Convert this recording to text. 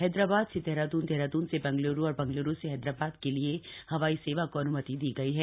हैदराबाद से देहरादून देहरादून से बंगलुरू और बंगलुरू से हैदराबाद के लिए हवाई सेवा को अनुमति दी गई है